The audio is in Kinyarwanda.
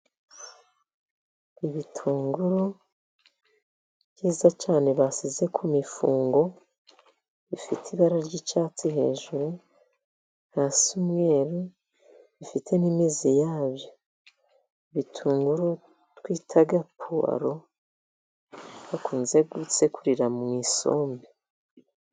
Ibitunguru byiza cyane bashyize ku mifungu, bifite ibara ry'icyatsi hejuru hasi umweru, bifite n'imizi yabyo. Ibitunguru twita puwaro bakunze gusekurira mu isombe.